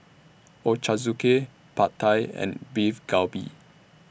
Ochazuke Pad Thai and Beef Galbi